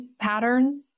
patterns